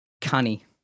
canny